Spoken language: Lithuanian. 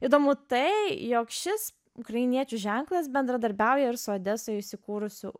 įdomu tai jog šis ukrainiečių ženklas bendradarbiauja ir su odesoje įsikūrusiu